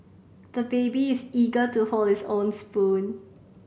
the baby is eager to hold his own spoon